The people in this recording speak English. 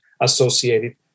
associated